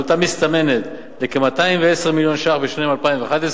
עלותה המסתמנת היא כ-210 מיליון ש"ח בשנת 2011,